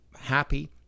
happy